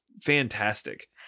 fantastic